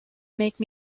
make